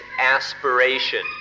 aspiration